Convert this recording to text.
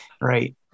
Right